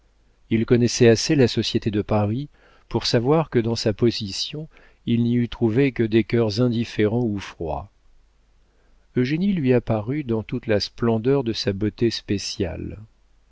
il connaissait assez la société de paris pour savoir que dans sa position il n'y eût trouvé que des cœurs indifférents ou froids eugénie lui apparut dans toute la splendeur de sa beauté spéciale